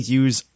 use